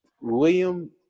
william